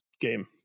game